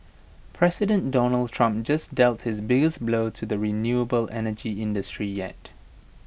President Donald Trump just dealt his biggest blow to the renewable energy industry yet